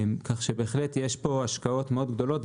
יש פה השקעות מאוד גדולות,